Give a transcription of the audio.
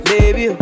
Baby